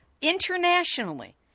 internationally